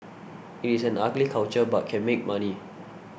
it is an ugly culture but can make money